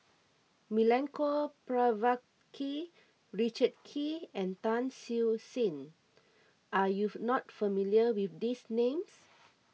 Milenko Prvacki Richard Kee and Tan Siew Sin are you not familiar with these names